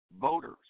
voters